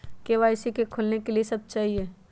KYC का का खोलने के लिए कि सब चाहिए?